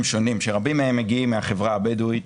שונים שרבים מהם מגיעים מהחברה הבדואית,